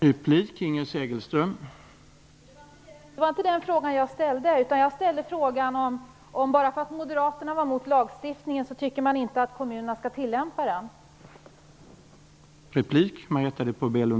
Herr talman! Det var inte den frågan jag ställde. Jag frågade om Marietta de Pourbaix-Lundin menar att bara för att Moderaterna var mot lagstiftningen så skall kommunerna inte tillämpa den.